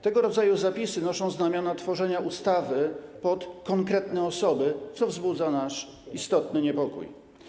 Tego rodzaju zapisy noszą znamiona tworzenia ustawy pod konkretne osoby, co wzbudza nasz istotny niepokój.